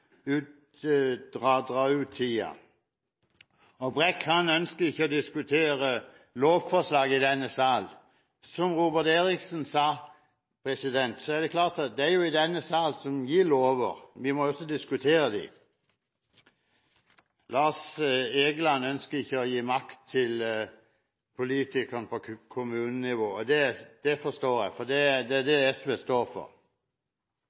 ut tiden. Brekk ønsker ikke å diskutere lovforslag i denne sal. Som Robert Eriksson sa, det er vi i denne salen som gir lover, så vi må også diskutere dem. Lars Egeland ønsker ikke å gi makt til politikerne på kommunenivå. Det forstår jeg, det er det SV står for.